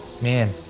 man